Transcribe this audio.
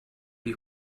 die